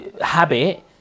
habit